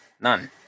None